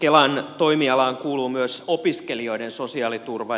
kelan toimialaan kuuluu myös opiskelijoiden sosiaaliturva